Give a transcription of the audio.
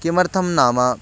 किमर्थं नाम